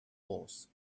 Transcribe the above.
horse